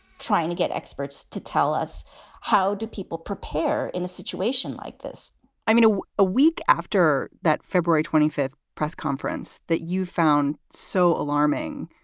trying to get experts to tell us how do people prepare in a situation like this um you know a week after that february twenty fifth press conference that you found so alarming,